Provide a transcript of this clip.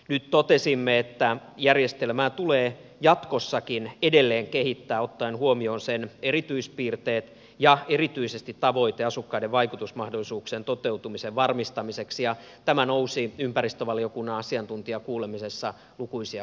nyt totesimme että järjestelmää tulee jatkossakin edelleen kehittää ottaen huomioon sen erityispiirteet ja erityisesti tavoite asukkaiden vaikutusmahdollisuuksien toteutumisen varmistamiseksi ja tämä nousi ympäristövaliokunnan asiantuntijakuulemisessa lukuisia kertoja esille